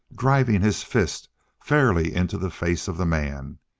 driving his fist fairly into the face of the man,